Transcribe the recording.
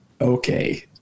okay